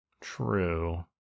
true